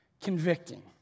Convicting